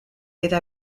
eta